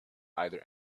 either